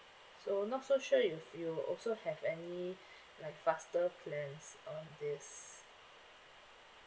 so not so sure if you also have any like faster plan on this